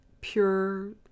pure